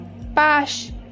bash